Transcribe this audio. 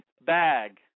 bag